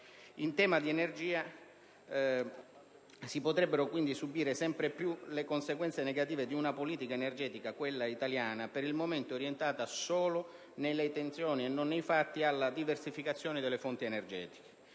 In tema di energia si potrebbero quindi subire sempre più le conseguenze negative di una politica energetica, quella italiana, per il momento orientata solo nelle intenzioni e non nei fatti alla diversificazione delle fonti energetiche.